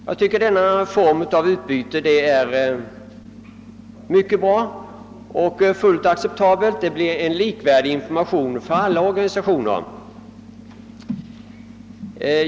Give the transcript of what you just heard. Jag anser att denna form av utbyte är mycket bra och fullt acceptabel, ty det blir en likvärdig information för alla organisationer.